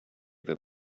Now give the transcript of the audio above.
that